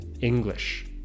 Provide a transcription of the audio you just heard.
English